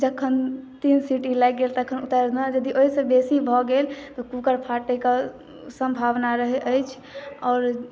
जखन तीन सीटी लागि गेल तखन उतारि देलहुॅं यदि ओहिसँ बेसी भऽ गेल तऽ कुकर फाटै के संभावना रहै अछि आओर